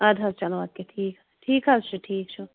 اَدٕ حظ چلو اَدٕ کیٚنٛہہ ٹھیٖک ٹھیٖک حظ چھُ ٹھیٖک چھُ